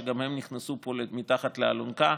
שגם הם נכנסו פה מתחת לאלונקה,